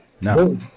No